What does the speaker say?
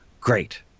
great